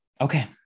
Okay